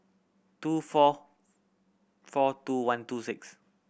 two four four two one two six